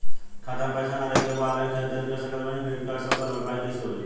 खाता में पैसा ना रही तबों ऑनलाइन ख़रीदारी कर सकत बानी क्रेडिट कार्ड से ओकर भरपाई कइसे होई?